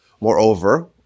Moreover